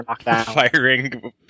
firing